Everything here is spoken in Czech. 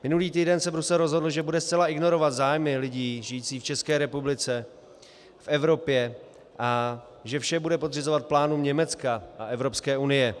Minulý týden se Brusel rozhodl, že bude zcela ignorovat zájmy lidí žijících v České republice, v Evropě a že vše bude podřizovat plánům Německa a Evropské unie.